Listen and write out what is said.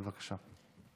בבקשה.